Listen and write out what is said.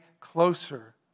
closer